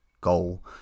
goal